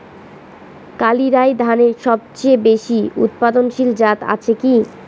কালিরাই ধানের সবচেয়ে বেশি উৎপাদনশীল জাত আছে কি?